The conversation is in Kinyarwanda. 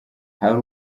hari